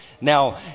Now